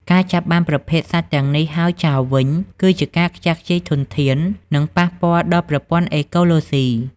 ការចាប់បានប្រភេទសត្វទាំងនេះ ហើយបោះចោលវិញ គឺជាការខ្ជះខ្ជាយធនធាន និងប៉ះពាល់ដល់ប្រព័ន្ធអេកូឡូស៊ី។